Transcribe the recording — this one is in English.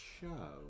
show